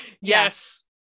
yes